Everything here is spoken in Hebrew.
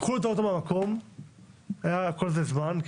לקחו לו את האוטו מן המקום וכל זה ארך זמן,